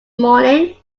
morning